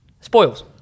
Spoils